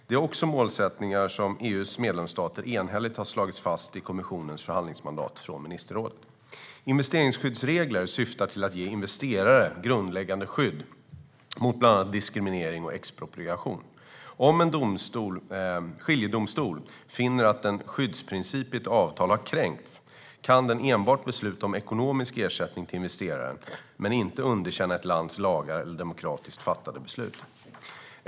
Det är också målsättningar som EU:s medlemsstater enhälligt har slagit fast i kommissionens förhandlingsmandat från ministerrådet. Investeringsskyddsregler syftar till att ge investerare grundläggande skydd mot bland annat diskriminering och expropriation. Om en skiljedomstol finner att en skyddsprincip i ett avtal har kränkts kan den enbart besluta om ekonomisk ersättning till investeraren men inte underkänna ett lands lagar eller demokratiskt fattade beslut.